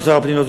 או שר הפנים,